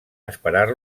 esperar